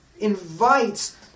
invites